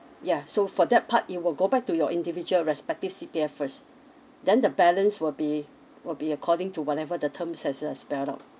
ya so for that part it will go back to your individual respective C_P_F first then the balance will be will be according to whatever the terms has uh spelled out